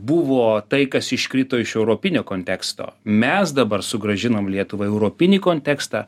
buvo tai kas iškrito iš europinio konteksto mes dabar sugrąžinom lietuvą į europinį kontekstą